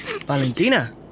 Valentina